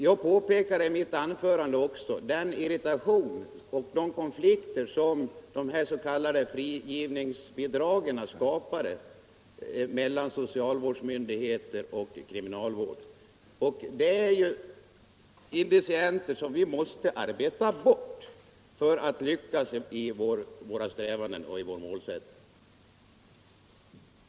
Jag pekade i mitt huvudanförande också på den irritation och de konflikter som de s.k. frigivningsbidragen skapar mellan socialvårdens myndigheter och kriminalvården. Det är sådana företeelser som vi måste arbeta bort för att lyckas i våra strävanden och nå uppsatta mål.